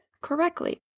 correctly